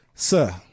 Sir